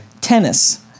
tennis